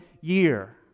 year